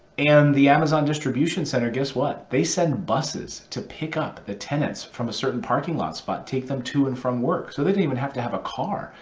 and the amazon distribution center, guess what, they send buses to pick up the tenants from a certain parking lots but to take them to and from work. so they don't even have to have a car.